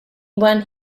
when